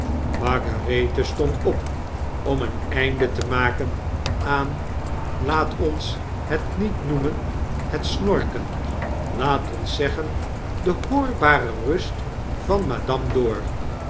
margarethe stond op om een eindetemaken aan laat ons het niet noemen het snorken laat ons zeggen de hoorbare rust van madame dor